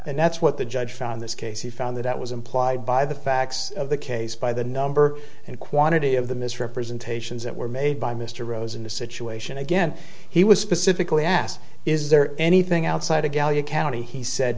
and that's what the judge found this case he found that that was implied by the facts of the case by the number and quantity of the misrepresentations that were made by mr rose in this situation again he was specifically asked is there anything outside of gallia county he said